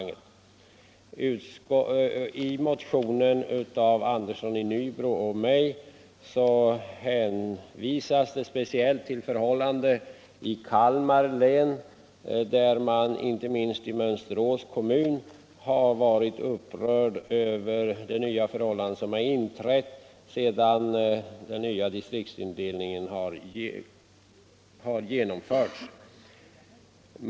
I en av motionerna, väckt av herr Andersson i Nybro och mig, hänvisas det speciellt till förhållandena i Kalmar län. Man har där, inte minst i Mönsterås kommun, varit upprörd över de förhållanden som inträtt sedan den nya distriktsindelningen har genomförts.